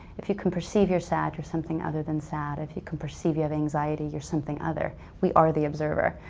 if you can perceive you're sad, you're something other than sad. if you can perceive you have anxiety, you're something other. we are the observer.